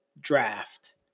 draft